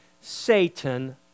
satan